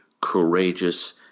courageous